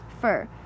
fur